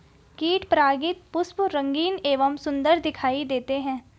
कीट परागित पुष्प रंगीन एवं सुन्दर दिखाई देते हैं